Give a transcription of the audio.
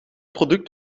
product